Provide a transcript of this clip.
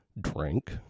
drink